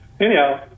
Anyhow